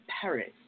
Paris